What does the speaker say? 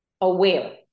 aware